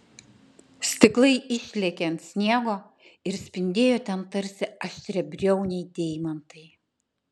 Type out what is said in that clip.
stiklai išlėkė ant sniego ir spindėjo ten tarsi aštriabriauniai deimantai